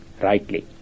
rightly